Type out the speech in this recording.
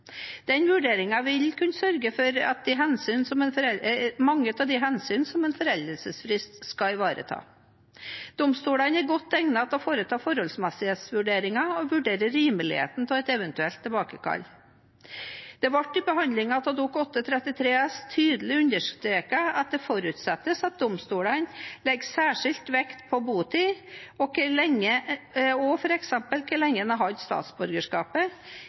Den vurderingen vil kunne sørge for mange av de hensynene som en foreldelsesfrist skal ivareta. Domstolene er godt egnet til å foreta forholdsmessighetsvurderinger og vurdere rimeligheten av et eventuelt tilbakekall. Det ble i behandlingen av Dokument 8:33 tydelig understreket at det forutsettes at domstolene i forbindelse med denne forholdsmessighetsvurderingen legger særskilt vekt på botid og f.eks. hvor lenge en har hatt statsborgerskapet.